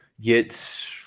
get